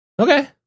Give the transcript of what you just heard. Okay